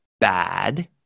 bad